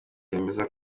yemeza